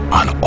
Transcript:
on